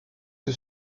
que